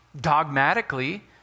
dogmatically